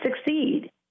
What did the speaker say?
succeed